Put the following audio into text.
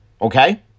Okay